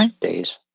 days